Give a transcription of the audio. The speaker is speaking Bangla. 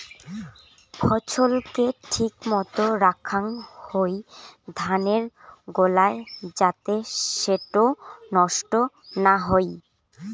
ফছল কে ঠিক মতো রাখাং হই ধানের গোলায় যাতে সেটো নষ্ট না হই